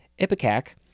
Ipecac